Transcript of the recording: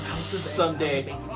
Someday